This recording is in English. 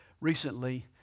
Recently